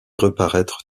reparaître